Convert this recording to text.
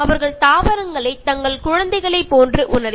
അവരെ ഇത്തരക്കാർ കുട്ടികളെ പോലെയാണ് കാണുന്നത്